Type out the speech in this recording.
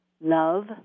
love